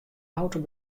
auto